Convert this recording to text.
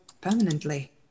permanently